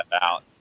out